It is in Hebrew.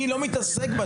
אבל אני לא מתעסק בזה.